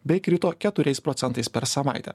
bei krito keturiais procentais per savaitę